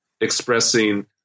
expressing